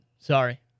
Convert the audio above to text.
Sorry